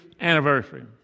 anniversary